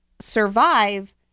survive